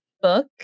book